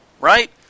Right